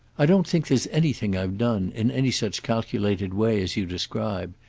i don't think there's anything i've done in any such calculated way as you describe.